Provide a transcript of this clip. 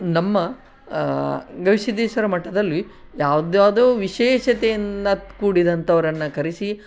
ನಮ್ಮ ಗವಿಸಿದ್ದೇಶ್ವರ ಮಠದಲ್ಲಿ ಯಾವ್ದು ಯಾವುದೋ ವಿಶೇಷತೆಯಿಂದ ಕೂಡಿದಂಥವ್ರನ್ನ ಕರೆಸಿ